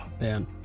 Man